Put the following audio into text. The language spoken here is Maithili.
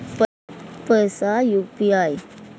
पैसा यू.पी.आई?